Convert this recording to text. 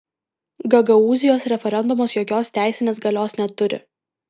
gagaūzijos referendumas jokios teisinės galios neturi